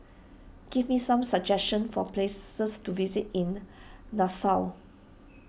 give me some suggestions for places to visit in Nassau